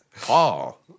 Paul